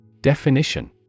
Definition